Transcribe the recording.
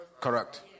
Correct